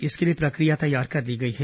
इसके लिए प्रक्रिया तैयार कर ली गई है